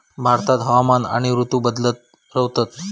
भारतात हवामान आणि ऋतू बदलत रव्हतत